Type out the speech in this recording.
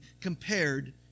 compared